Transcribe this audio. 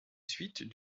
suites